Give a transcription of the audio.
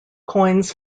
coins